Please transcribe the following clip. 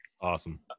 Awesome